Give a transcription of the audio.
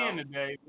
today